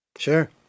Sure